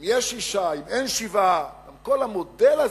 אם יש שישה, אם אין שבעה, גם כל המודל הזה,